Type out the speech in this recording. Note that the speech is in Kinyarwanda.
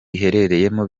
iherereyemo